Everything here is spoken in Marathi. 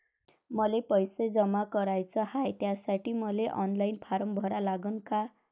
मले पैसे जमा कराच हाय, त्यासाठी मले ऑनलाईन फारम भरा लागन का?